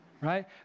Right